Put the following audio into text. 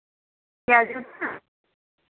क्या जूता